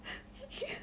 okay